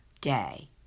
day